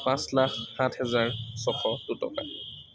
পাঁচ লাখ সাত হেজাৰ ছশ দুটকা